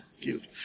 Cute